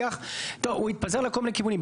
השיח, טוב, הוא התפזר לכל מיני כיוונים.